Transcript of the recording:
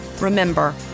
Remember